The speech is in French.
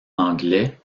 anglais